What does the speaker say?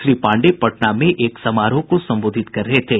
श्री पांडेय पटना में एक समारोह को संबोधित कर रहे थे